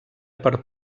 per